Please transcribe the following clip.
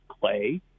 play